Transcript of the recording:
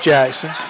Jackson